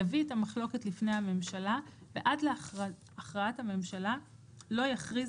יביא את המחלוקת לפני הממשלה ועד להכרעת הממשלה לא יכריז